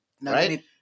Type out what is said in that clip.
right